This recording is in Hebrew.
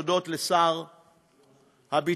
הודות לשר הביטחון,